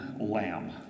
lamb